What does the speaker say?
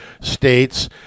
states